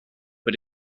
but